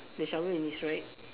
the shovel in his right